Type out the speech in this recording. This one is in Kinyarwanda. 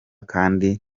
kandi